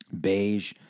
beige